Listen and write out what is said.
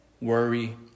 Worry